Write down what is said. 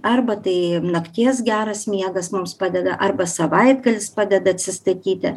arba tai nakties geras miegas mums padeda arba savaitgalis padeda atsistatyti